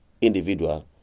individual